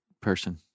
person